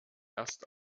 erst